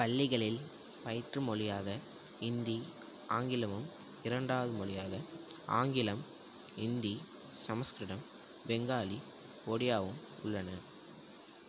பள்ளிகளில் பயிற்று மொழியாக இந்தி ஆங்கிலமும் இரண்டாவது மொழியாக ஆங்கிலம் இந்தி சமஸ்கிருதம் பெங்காலி ஒடியாவும் உள்ளன